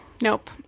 Nope